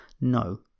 No